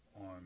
on